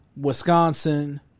Wisconsin